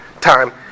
time